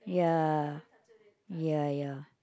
yeah yeah yeah